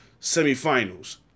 semifinals